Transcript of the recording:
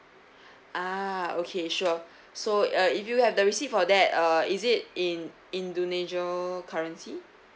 ah okay sure so uh if you have the receipt for that uh is it in indonesia currency